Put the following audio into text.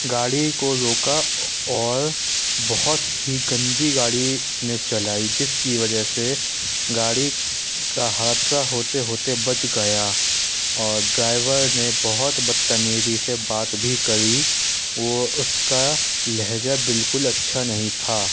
گاڑی کو روکا اور بہت ہی گندی گاڑی اس نے چلائی جس کی وجہ سے گاڑی کا حادثہ ہوتے ہوتے بچ گیا اور ڈرائیور نے بہت بدتمیزی سے بات بھی کری وہ اس کا لہجہ بالکل اچھا نہیں تھا